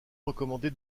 recommandé